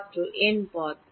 ছাত্র এন পদ